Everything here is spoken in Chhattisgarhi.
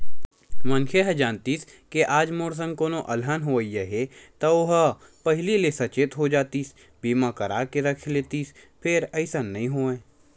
मनखे ह जानतिस के आज मोर संग कोनो अलहन होवइया हे ता ओहा पहिली ले सचेत हो जातिस बीमा करा के रख लेतिस फेर अइसन नइ होवय